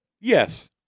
Yes